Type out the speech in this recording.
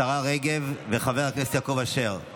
השרה רגב וחבר הכנסת יעקב אשר,